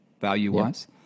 value-wise